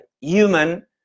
human